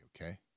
okay